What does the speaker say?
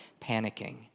panicking